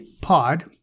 Pod